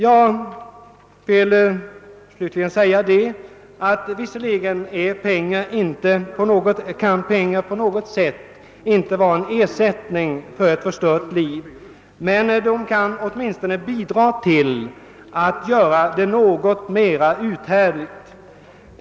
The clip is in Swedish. Jag vill slutligen säga att pengar vis serligen inte kan ersätta ett förstört liv, men de kan åtminstone bidra till att göra livet något mer uthärdligt.